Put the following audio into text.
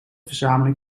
verzameling